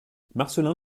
marcelin